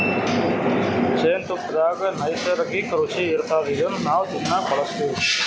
ಜೇನ್ತುಪ್ಪದಾಗ್ ನೈಸರ್ಗಿಕ್ಕ್ ರುಚಿ ಇರ್ತದ್ ಇದನ್ನ್ ನಾವ್ ತಿನ್ನಕ್ ಬಳಸ್ತಿವ್